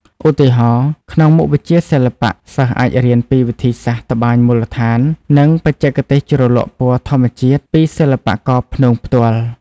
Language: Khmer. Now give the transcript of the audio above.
ឧទាហរណ៍ ក្នុងមុខវិជ្ជាសិល្បៈ សិស្សអាចរៀនពីវិធីសាស្ត្រត្បាញមូលដ្ឋាន និងបច្ចេកទេសជ្រលក់ពណ៌ធម្មជាតិពីសិល្បករព្នងផ្ទាល់។